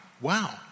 Wow